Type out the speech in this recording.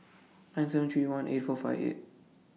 nine seven three one eight four five eight